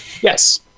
Yes